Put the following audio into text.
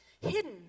hidden